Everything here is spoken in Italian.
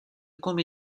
come